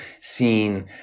seen